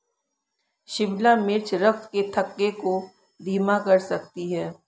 शिमला मिर्च रक्त के थक्के को धीमा कर सकती है